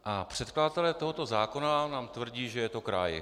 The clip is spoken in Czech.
A předkladatelé tohoto zákona nám tvrdí, že je to kraj.